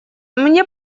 мне